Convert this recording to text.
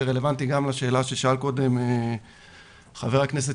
זה רלוונטי גם לשאלה ששאל קודם חבר הכנסת